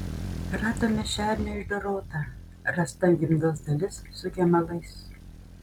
radome šernę išdorotą rasta gimdos dalis su gemalais